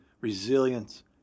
resilience